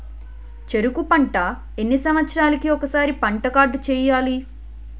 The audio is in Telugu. చెరుకు పంట ఎన్ని సంవత్సరాలకి ఒక్కసారి పంట కార్డ్ చెయ్యాలి?